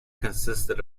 consisted